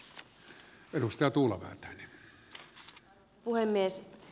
arvoisa puhemies